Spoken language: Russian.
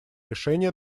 решения